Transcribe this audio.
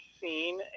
seen